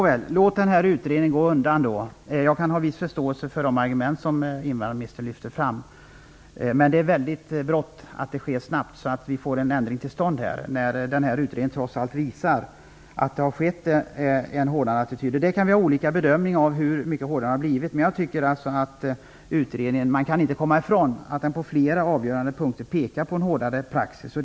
Fru talman! Nåväl, låt utredningen gå undan. Jag har viss förståelse för de argument som invandrarministern lyfte fram. Det är dock bråttom med att få en ändring till stånd. Utredningen visar trots allt att attityden har hårdnat. Vi kan göra olika bedömningar av hur mycket hårdare den har blivit. Man kan dock inte komma ifrån att utredningen pekar på en hårdare praxis på flera avgörande punkter. Det är inte bra.